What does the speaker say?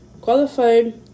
Qualified